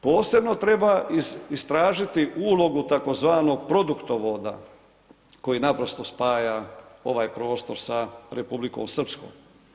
Posebno treba istražiti ulogu tzv. produktovoda koji naprosto spaja ovaj prostor sa Republikom Srpskom.